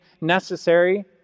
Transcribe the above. necessary